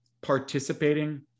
participating